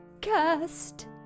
cast